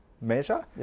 measure